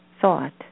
thought